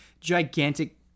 gigantic